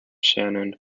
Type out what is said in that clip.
shannon